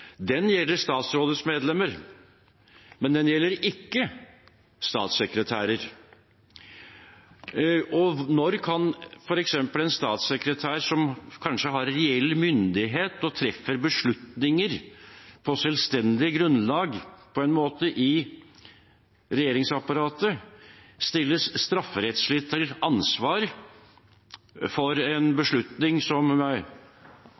Den gjelder statsrådets medlemmer, men den gjelder ikke statssekretærer. Når kan f.eks. en statssekretær, som kanskje har reell myndighet og treffer beslutninger på selvstendig grunnlag i regjeringsapparatet, stilles strafferettslig til ansvar for en beslutning som